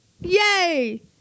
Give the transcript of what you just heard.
Yay